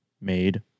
made